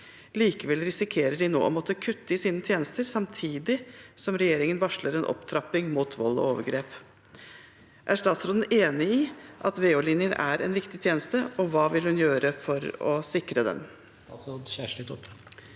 Likevel risikerer de nå å måtte kutte i sine tjenester samtidig som regjeringen varsler en opptrapping mot vold og overgrep. Er statsråden enig i at VO-linjen er en viktig tjeneste, og hva vil hun gjøre for å sikre den?»